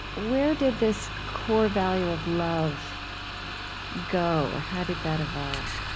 where did this core value of love go? or how did that evolve?